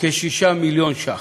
כ-6 מיליון ש"ח.